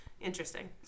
Interesting